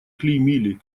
клеймили